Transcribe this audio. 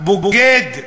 בוגד,